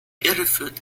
irreführend